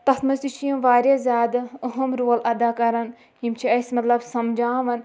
تَتھ منٛز تہِ چھِ یِم واریاہ زیادٕ اہم رول اَدا کَران یِم چھِ اَسہِ مطلب سَمجاوان